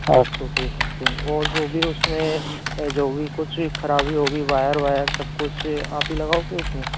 आठ सौ रुपये सम्थिंग और जो भी उस में जो कुछ ख़राबी होगी वायर वायर सब कुछ आप ही लगाओगे उस में